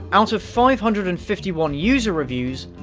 out of five hundred and fifty one user reviews,